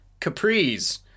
capris